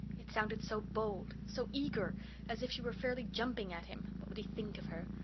it sounded so bold so eager as if she were fairly jumping at him! what would he think of her?